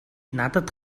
надад